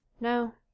No